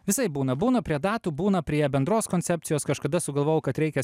visaip būna būna prie datų būna prie bendros koncepcijos kažkada sugalvojau kad reikia